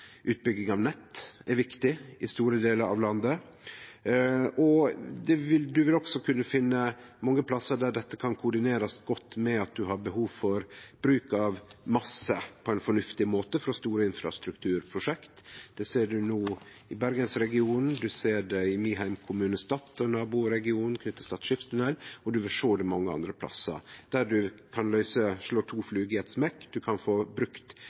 Utbygging av nett er viktig i store delar av landet, og ein vil også kunne finne mange plassar der dette kan koordinerast godt med bruk av masse frå store infrastrukturprosjekt på ein fornuftig måte. Det ser ein no i bergensregionen, ein ser det i min heimkommune Stad og i naboregionen knytt til Stad skipstunnel, og ein vil sjå det mange andre plassar der ein kan slå to fluger i ein smekk; ein kan få brukt